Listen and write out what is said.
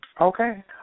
Okay